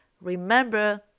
remember